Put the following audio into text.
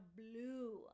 blue